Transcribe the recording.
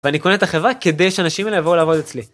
ואני קונה את החברה כדי שהאנשים האלה יבואו לעבוד אצלי.